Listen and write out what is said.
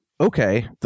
Okay